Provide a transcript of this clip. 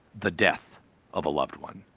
the death of a loved one.